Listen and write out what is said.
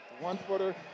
One-footer